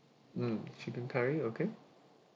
mm chicken curry okay